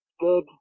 good